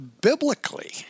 biblically